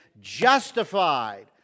justified